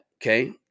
Okay